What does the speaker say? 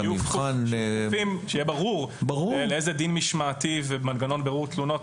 שיהיה ברור לאיזה דין משמעתי ומנגנון בירור תלונות.